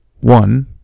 one